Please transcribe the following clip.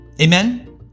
Amen